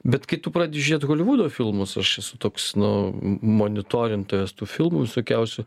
bet kai tu pradedi žiūrėt holivudo filmus aš esu toks nu monitorintojas tų filmų visokiausių